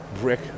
brick